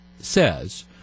says